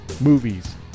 movies